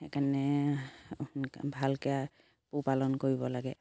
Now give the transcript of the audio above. সেইকাৰণে ভালকে পোহপালন কৰিব লাগে